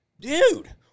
dude